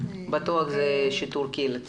לגבי הנושא של בידוד,